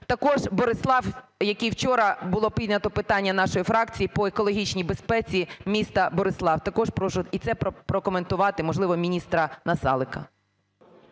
Також Борислав, який вчора було піднято питання нашої фракції по екологічній безпеці міста Борислав, також прошу і це прокоментувати, можливо, міністра Насалика.